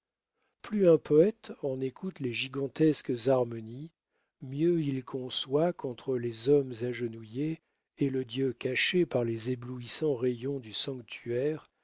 plus un poète en écoute les gigantesques harmonies mieux il conçoit qu'entre les hommes agenouillés et le dieu caché par les éblouissants rayons du sanctuaire